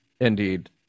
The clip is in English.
Indeed